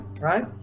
right